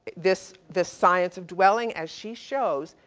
this, this science of dwelling as she shows,